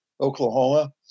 Oklahoma